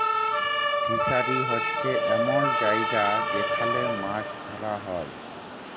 fishery হছে এমল জায়গা যেখালে মাছ ধ্যরা হ্যয়